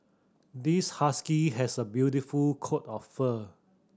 this husky has a beautiful coat of fur